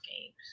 games